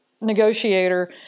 negotiator